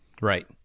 Right